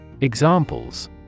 Examples